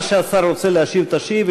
מה שהשר רוצה להשיב, תשיב.